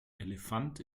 elefant